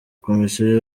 komisiyo